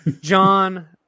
John